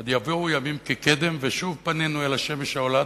עוד יבואו ימים כקדם ושוב "פנינו אל השמש העולה,